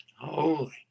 holy